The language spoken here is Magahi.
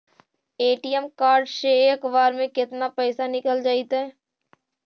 ए.टी.एम कार्ड से एक बार में केतना पैसा निकल जइतै?